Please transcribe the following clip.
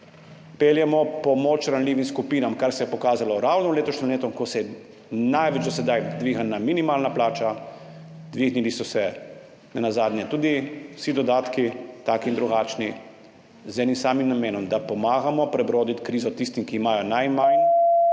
peljemo pomoč ranljivim skupinam, kar se je pokazalo ravno v letošnjem letu, ko se je največ do sedaj dvignila minimalna plača, dvignili so se nenazadnje tudi vsi dodatki, taki in drugačni, z enim samim namenom, da pomagamo prebroditi krizo tistim, ki imajo najmanj